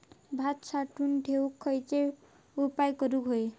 भात साठवून ठेवूक खयचे उपाय करूक व्हये?